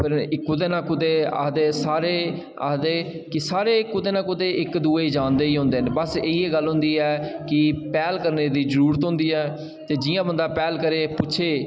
ते कुतै ना कुतै आखदे सारे ओखदे कुतै ना कुतै इक् दुऐ गी जानदे दे गै होंदे न बस इयै गल्ल ऐ होंदी ऐ कि पैह्ल करने दी जरूरत होंदी ऐ ते जि'यां बंदा पैह्ल करै पुच्छे